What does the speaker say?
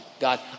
God